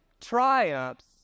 triumphs